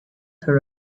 her